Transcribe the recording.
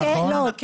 ממנה.